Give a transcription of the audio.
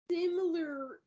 similar